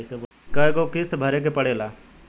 कय गो किस्त भरे के पड़ेला?